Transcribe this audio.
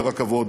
ברכבות,